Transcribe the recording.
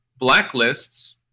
blacklists